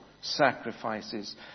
sacrifices